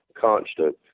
constant